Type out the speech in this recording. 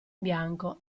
bianco